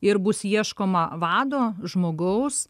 ir bus ieškoma vado žmogaus